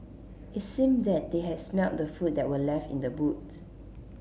it seemed that they had smelt the food that were left in the boot